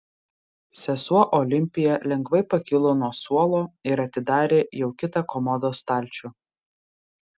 sesuo olimpija lengvai pakilo nuo suolo ir atidarė jau kitą komodos stalčių